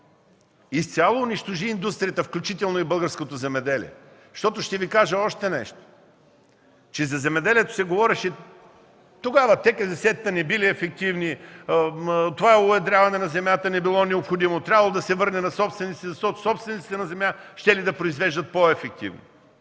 изцяло унищожи индустрията, включително и българското земеделие. Ще Ви кажа още нещо. За земеделието се говореше тогава – ТКЗС-тата не били ефективни, това уедряване на земята не било необходимо, трябвало да се върне на собствениците на земя, те щели да произвеждат по-ефективно.